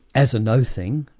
as a no thing,